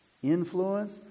influence